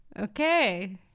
okay